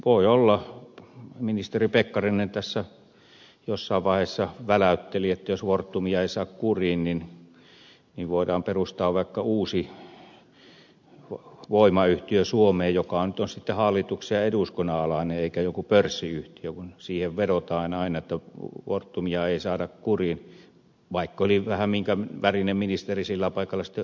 voi olla ministeri pekkarinen tässä jossain vaiheessa väläytteli että jos fortumia ei saa kuriin niin voidaan perustaa suomeen vaikka uusi voimayhtiö joka nyt on sitten hallituksen ja eduskunnan alainen eikä joku pörssiyhtiö kun siihen vedotaan aina että fortumia ei saada kuriin oli minkä värinen ministeri sillä paikalla sitten hyvänsä